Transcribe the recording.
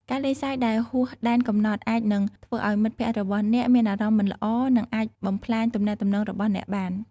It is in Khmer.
ការលេងសើចដែលហួសដែនកំណត់អាចនឹងធ្វើឱ្យមិត្តភក្តិរបស់អ្នកមានអារម្មណ៍មិនល្អនិងអាចបំផ្លាញទំនាក់ទំនងរបស់អ្នកបាន។